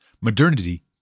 Modernity